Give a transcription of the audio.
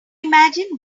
imagine